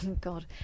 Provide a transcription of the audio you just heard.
God